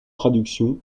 traductions